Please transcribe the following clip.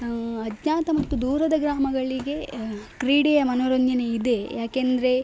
ಅಜ್ಞಾತ ಮತ್ತು ದೂರದ ಗ್ರಾಮಗಳಿಗೆ ಕ್ರೀಡೆಯ ಮನೋರಂಜನೆ ಇದೆ ಏಕೆಂದ್ರೆ